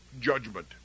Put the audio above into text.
judgment